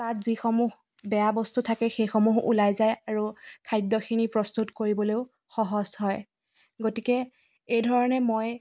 তাত যিসমূহ বেয়া বস্তু থাকে সেইসমূহ ওলাই যায় আৰু খাদ্যখিনি প্ৰস্তুত কৰিবলৈও সহজ হয় গতিকে এইধৰণে মই